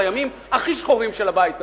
לימים הכי שחורים של הבית הזה,